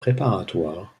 préparatoire